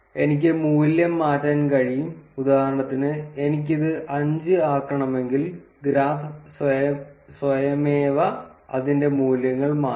എനിക്ക് മൂല്യം മാറ്റാൻ കഴിയും ഉദാഹരണത്തിന് എനിക്ക് ഇത് അഞ്ച് ആക്കണമെങ്കിൽ ഗ്രാഫ് സ്വയമേവ അതിന്റെ മൂല്യങ്ങൾ മാറ്റും